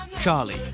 Charlie